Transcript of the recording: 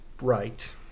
right